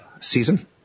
season